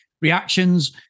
reactions